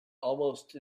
almost